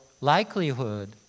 likelihood